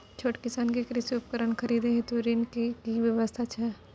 छोट किसान के कृषि उपकरण खरीदय हेतु ऋण के की व्यवस्था छै?